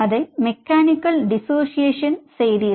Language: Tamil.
அதை மெக்கானிக்கல் டிஸோஸியேஷன் செய்தீர்கள்